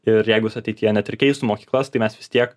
ir jeigu jis ateityje net ir keistų mokyklas tai mes vis tiek